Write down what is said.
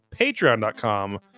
patreon.com